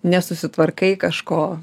nesusitvarkai kažko